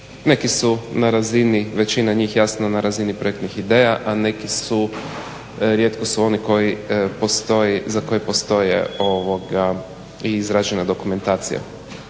Neki su na razini, većina njih jasno na razini projektnih ideja, a neki su, rijetki su oni za koje postoje i izrađena dokumentacija.